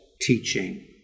teaching